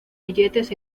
billetes